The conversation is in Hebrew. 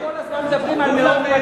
למה כל הזמן מדברים על מאור פנים,